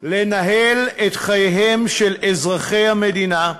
לנהל את חייהם של אזרחי המדינה,